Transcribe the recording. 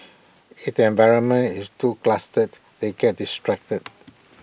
if the environment is too clustered they get distracted